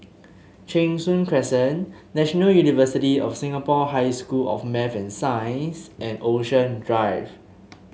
Cheng Soon Crescent National University of Singapore High School of Math and Science and Ocean Drive